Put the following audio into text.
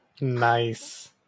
Nice